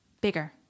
bigger